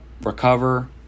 recover